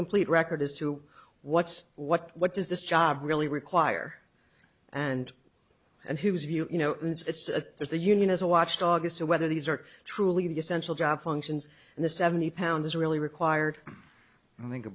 complete record as to what's what what does this job really require and and who's you know it's a there's the union as a watchdog is to whether these are truly the essential job functions and the seventy pound is really required and i think